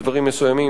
בדברים מסוימים,